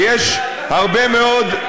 ויש הרבה מאוד,